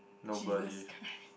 nobody